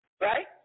right